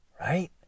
Right